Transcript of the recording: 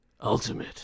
ultimate